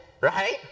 right